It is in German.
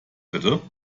bitte